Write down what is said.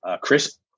Chris